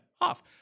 off